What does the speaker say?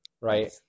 right